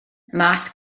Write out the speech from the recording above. math